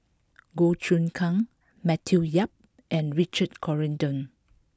Goh Choon Kang Matthew Yap and Richard Corridon